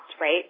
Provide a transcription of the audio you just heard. right